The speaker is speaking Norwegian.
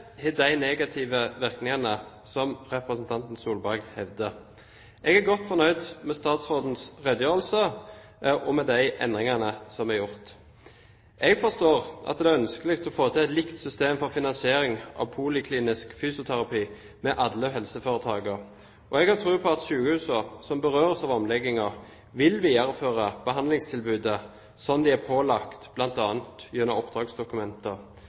har de negative virkningene som representanten Solberg hevder. Jeg er godt fornøyd med statsrådens redegjørelse og med de endringene som er gjort. Jeg forstår at det er ønskelig å få til et likt system for finansiering av poliklinisk fysioterapi ved alle helseforetakene. Jeg har tro på at de sykehusene som berøres av omleggingen, vil videreføre det behandlingstilbudet de er pålagt bl.a. gjennom oppdragsdokumenter.